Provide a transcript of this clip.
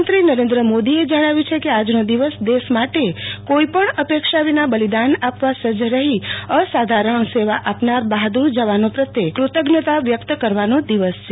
પ્રધાનમંત્રી નરેન્દ્ર મોદીએ જણાવ્યું છે કે આજનો દિવસ દેશ માટે કોઈપણ અપેક્ષા વિના બલિદાન આપવા સજ્જ રહી અસાધારણ સેવા આપનાર બહાદ્દર જવાનો પ્રત્યે કૃતજ્ઞતા વ્યકત કરવાનો દિવસ છે